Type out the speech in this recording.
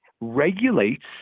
regulates